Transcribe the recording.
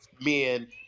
men